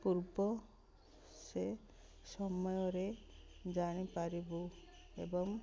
ପୂର୍ବ ସେ ସମୟରେ ଜାଣିପାରିବୁ ଏବଂ